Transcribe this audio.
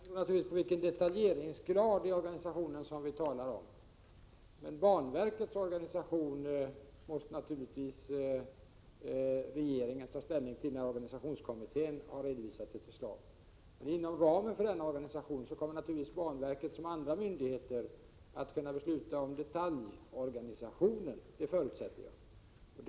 Herr talman! Det beror naturligtvis på vilken detaljeringsgrad i organisationen vi talar om. Banverkets organisation måste naturligtvis regeringen ta ställning till när organisationskommittén har redovisat sitt förslag. Inom ramen för denna organisation kommer banverket liksom andra myndigheter att kunna besluta om detaljorganisationen — det förutsätter jag.